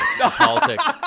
politics